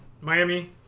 Miami